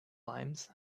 limes